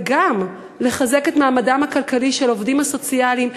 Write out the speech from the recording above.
וגם לחזק את מעמדם הכלכלי של העובדים הסוציאליים,